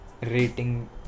rating